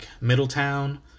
Middletown